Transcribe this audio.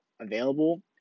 available